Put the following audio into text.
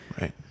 Right